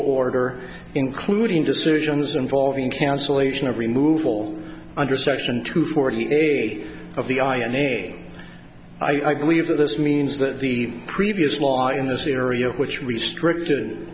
order including decisions involving cancellation of removal under section two forty eight of the ironing i believe that this means that the previous law in this area which restrict